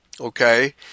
okay